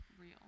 real